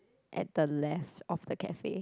at the left of the cafe